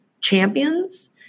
champions